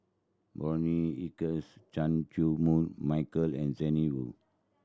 Bonny Hicks Chan Chew Koon Michael and Zhang Hui